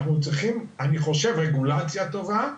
אני חושב שאנחנו צריכים רגולציה טובה,